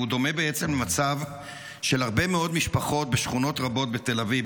הוא דומה בעצם למצב של הרבה מאוד משפחות בשכונות רבות בתל אביב,